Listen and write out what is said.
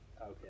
Okay